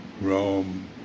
Rome